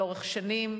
לאורך שנים.